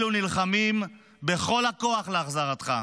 אלו נלחמים בכל הכוח להחזרתך.